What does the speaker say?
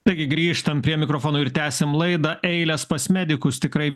taigi grįžtam prie mikrofono ir tęsiam laidą eilės pas medikus tikrai